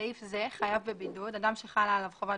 בסעיף זה "חייב בבידוד" אדם שחלה עליו חובת